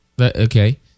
Okay